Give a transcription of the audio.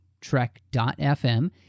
trek.fm